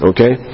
Okay